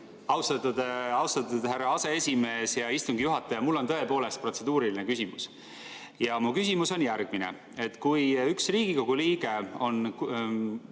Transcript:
Austatud härra aseesimees, hea istungi juhataja! Mul on tõepoolest protseduuriline küsimus. Mu küsimus on järgmine. Kui üks Riigikogu liige